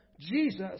Jesus